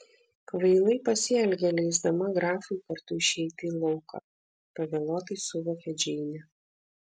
kvailai pasielgė leisdama grafui kartu išeiti į lauką pavėluotai suvokė džeinė